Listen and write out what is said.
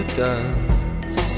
dance